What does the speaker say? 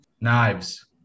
knives